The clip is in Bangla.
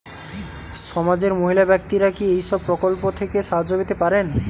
সমাজের মহিলা ব্যাক্তিরা কি এই প্রকল্প থেকে সাহায্য পেতে পারেন?